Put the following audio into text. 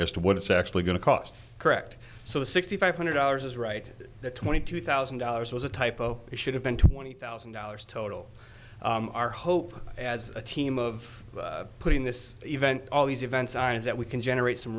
as to what it's actually going to cost correct so sixty five hundred dollars is right twenty two thousand dollars was a typo it should have been twenty thousand dollars total our hope as a team of putting this event all these events on is that we can generate some